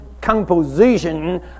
composition